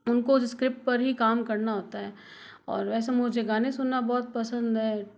उनको उस स्क्रिप्ट पर ही काम करना होता है और वैसे मुझे गाने सुनना बहुत पसंद है